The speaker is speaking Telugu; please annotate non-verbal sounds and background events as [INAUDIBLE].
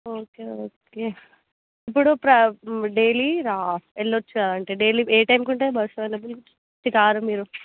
ఓకే ఓకే ఇప్పుడు ప్ర డైలీ రా వెళ్ళోచ్చా అంటే డైలీ ఏ టైంకి ఉంటుంది బస్సు అవైలబుల్ [UNINTELLIGIBLE] మీరు